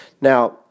Now